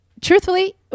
truthfully